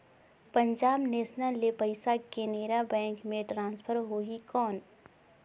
Punjab national ले पइसा Canara bank मे ट्रांसफर होहि कौन?